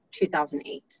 2008